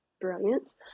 brilliant